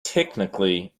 technically